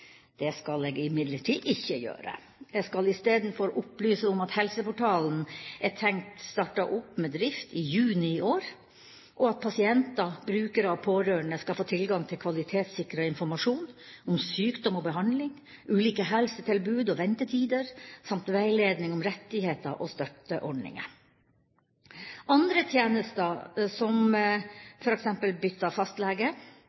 Det skal jeg imidlertid ikke gjøre. Jeg skal i stedet opplyse om at helseportalen er tenkt startet opp med drift i juni i år, og at pasienter, brukere og pårørende skal få tilgang til kvalitetssikret informasjon om sykdom og behandling, ulike helsetilbud og ventetider samt veiledning om rettigheter og støtteordninger. Andre tjenester, som